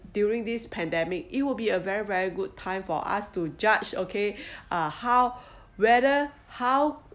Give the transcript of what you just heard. during this pandemic it will be a very very good time for us to judge okay uh how whether how